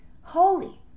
Holy